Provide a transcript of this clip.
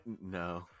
No